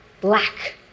black